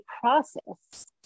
process